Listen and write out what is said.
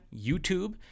YouTube